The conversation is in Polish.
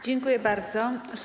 Dziękuję bardzo.